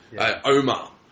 Omar